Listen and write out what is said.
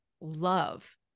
love